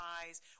eyes